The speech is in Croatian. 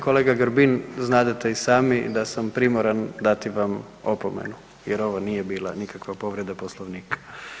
Kolega Grbin, znadete i sami da sam primoran dati vam opomenu jer ovo nije bila nikakva povreda Poslovnika.